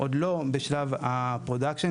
עוד לא בשלב ה"פרודקשן",